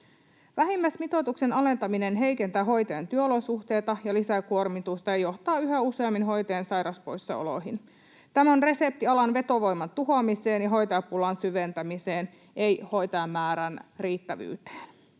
Vähimmäismitoituksen alentaminen heikentää hoitajan työolosuhteita ja lisäkuormitusta, johtaa yhä useammin hoitajien sairauspoissaoloihin. Tämä on resepti alan vetovoiman tuhoamiseen ja hoitajapulan syventämiseen, ei hoitajien määrän riittävyyteen.